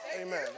Amen